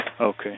Okay